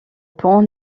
pont